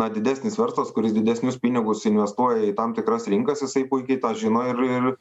didesnis verslas kuris didesnius pinigus investuoja į tam tikras rinkas jisai puikiai tą žino ir ir